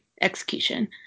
execution